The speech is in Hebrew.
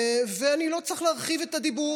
ואני לא צריך להרחיב את הדיבור.